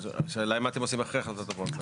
השאלה מה אתם עושים אחרי החלטת המועצה?